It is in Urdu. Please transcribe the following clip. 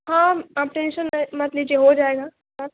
ہاں آپ ٹینشن نہ مت لیجئے ہو جائے گا سر